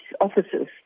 officers